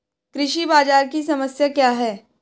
कृषि बाजार की समस्या क्या है?